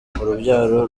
urubyaro